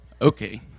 okay